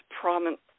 prominent